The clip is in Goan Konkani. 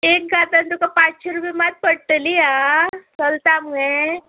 एक गांथन तुका पात्शी रूपया मात पडटली आं चलता मगे